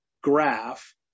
graph